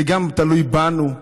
זה תלוי גם בנו,